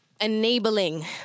Enabling